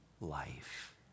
life